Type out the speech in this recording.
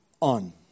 on